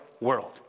world